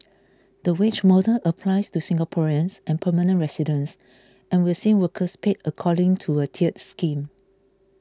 the wage model applies to Singaporeans and permanent residents and will see workers paid according to a tiered scheme